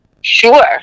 Sure